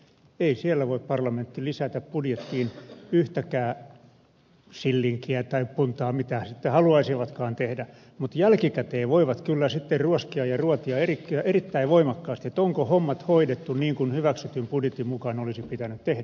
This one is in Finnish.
ei siellä voi parlamentti lisätä budjettiin yhtäkään sillinkiä tai puntaa mitä sitten haluaisivatkaan tehdä mutta jälkikäteen voivat kyllä sitten ruoskia ja ruotia erittäin voimakkaasti onko hommat hoidettu niin kuin hyväksytyn budjetin mukaan olisi pitänyt tehdä